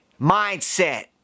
Mindset